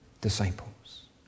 disciples